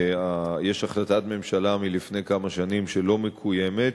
יש החלטת ממשלה מלפני כמה שנים שלא מקוימת,